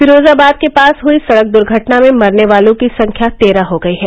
फिरोजाबाद के पास हुई सड़क दुर्घटना में मरने वालों की संख्या तेरह हो गई है